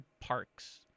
parks